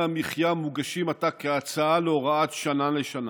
המחיה מוגשים עתה כהצעה להוראת שעה לשנה.